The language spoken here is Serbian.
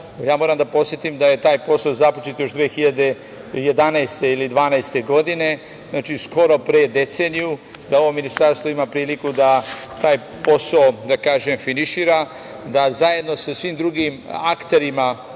Moram da podsetim da je taj posao započet još 2011. ili 2012. godine, skoro pre deceniju. Ovo ministarstvo ima priliku da taj posao finišira, da zajedno sa svim drugim akterima